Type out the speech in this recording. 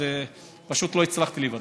אז פשוט לא הצלחתי לוודא.